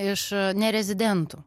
iš nerezidentų